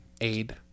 aid